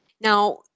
Now